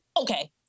Okay